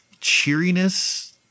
cheeriness